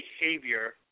behavior